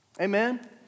Amen